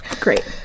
great